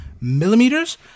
millimeters